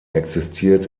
existiert